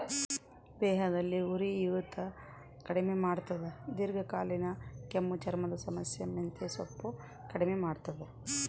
ದೇಹದಲ್ಲಿ ಉರಿಯೂತ ಕಡಿಮೆ ಮಾಡ್ತಾದ ದೀರ್ಘಕಾಲೀನ ಕೆಮ್ಮು ಚರ್ಮದ ಸಮಸ್ಯೆ ಮೆಂತೆಸೊಪ್ಪು ಕಡಿಮೆ ಮಾಡ್ತಾದ